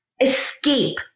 Escape